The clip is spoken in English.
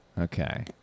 Okay